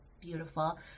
beautiful